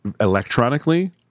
electronically